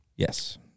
Yes